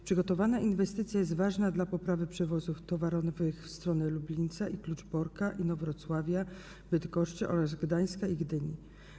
Przygotowana inwestycja jest ważna dla poprawy przewozów towarowych w stronę Lublińca i Kluczborka, Inowrocławia, Bydgoszczy oraz Gdańska i Gdyni.